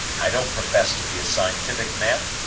i don't profess to be a scientific man,